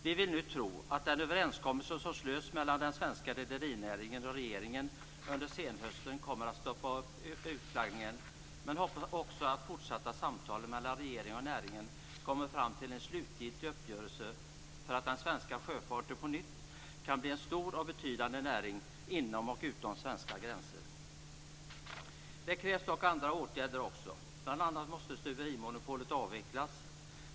Vi vill nu tro att den överenskommelse som slöts mellan den svenska rederinäringen och regeringen under senhösten kommer att stoppa upp utflaggningen, men vi hoppas också att fortsatta samtal mellan regeringen och näringen leder till en slutgiltig uppgörelse för att den svenska sjöfarten på nytt kan bli en stor och betydande näring inom och utom svenska gränser. Det krävs dock andra åtgärder också. Bl.a. måste stuverimonopolet avvecklas.